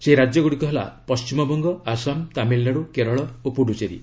ସେହି ରାଜ୍ୟଗୁଡ଼ିକ ହେଲା ପଶ୍ଚିମବଙ୍ଗ ଆସାମ ତାମିଲନାଡୁ କେରଳ ଓ ପୁଡ଼ୁଚେରୀ